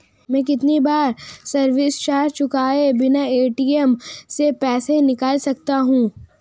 मैं कितनी बार सर्विस चार्ज चुकाए बिना ए.टी.एम से पैसे निकाल सकता हूं?